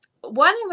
one